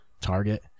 target